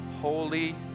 holy